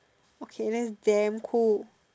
okay that's damn cool